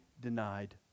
denied